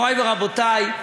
מורי ורבותי,